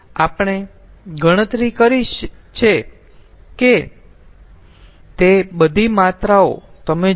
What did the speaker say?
આપણે ગણતરી કરી છે તે બધી માત્રાઓ તમે જુઓ